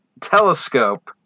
telescope